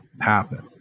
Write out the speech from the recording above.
happen